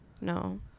no